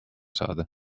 saada